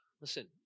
Listen